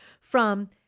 from-